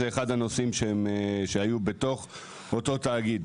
זה אחד הנושאים שהיו בתוך אותו התאגיד: